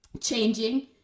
changing